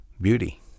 beauty